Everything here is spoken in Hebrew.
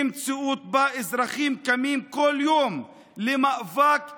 מציאות שבה אזרחים קמים כל יום למאבק קיומי,